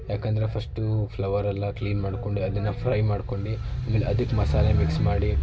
ಏಕೆಂದ್ರೆ ಫಸ್ಟು ಫ್ಲವರೆಲ್ಲ ಕ್ಲೀನ್ ಮಾಡ್ಕೊಂಡು ಅದನ್ನು ಫ್ರೈ ಮಾಡ್ಕೊಂಡು ಆಮೇಲೆ ಅದಕ್ಕೆ ಮಸಾಲೆ ಮಿಕ್ಸ್ ಮಾಡಿ